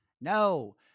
No